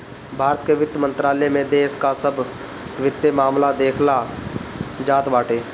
भारत के वित्त मंत्रालय में देश कअ सब वित्तीय मामला देखल जात बाटे